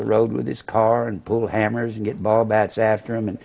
the road with his car and pull hammers and get ball bats after him and